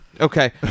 Okay